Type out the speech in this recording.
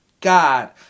God